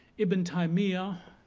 ibn taymiyya,